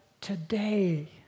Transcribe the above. today